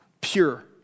Pure